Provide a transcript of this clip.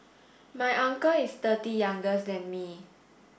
my uncle is thirty youngest than me